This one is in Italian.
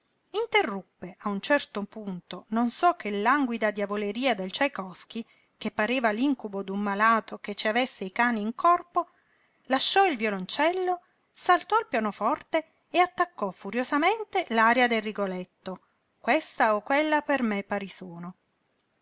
interruppe a un certo punto non so che languida diavoleria del ciaicovski che pareva l'incubo d'un malato che ci avesse i cani in corpo lasciò il violoncello saltò al pianoforte e attaccò furiosamente l'aria del rigoletto questa o quella per me pari sono